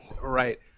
Right